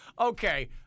Okay